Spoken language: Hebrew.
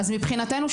אז מבחינתנו,